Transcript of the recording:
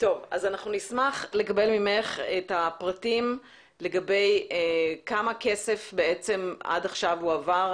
אנחנו נשמח לקבל ממך את הפרטים כמה כסף עד עכשיו הועבר.